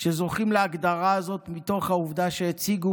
שזוכים להגדרה הזאת מתוך העובדה שהציגו